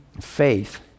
faith